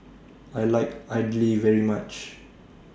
I like Idly very much